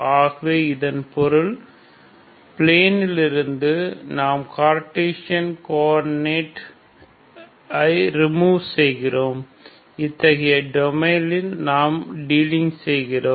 ஆகவே இதன் பொருள் பிலெனிலிருந்து நாம் கார்ட்டீசியன் கோஆர்டினெட் ஐ ரிமூவ் செய்கிறோம் இத்தகைய டொமைன் இல் நாம் டிலிங் செய்கிறோம்